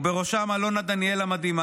ובראשם אלונה דניאל המדהימה,